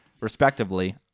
respectively